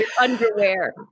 underwear